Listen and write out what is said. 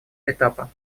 этапа